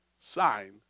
sign